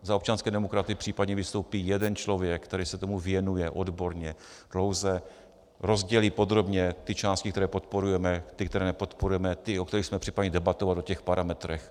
Za občanské demokraty případně vystoupí jeden člověk, který se tomu věnuje odborně, dlouze, rozdělí podrobně ty části, které podporujeme, ty které nepodporujeme, ty, o kterých jsme připraveni debatovat, o těch parametrech.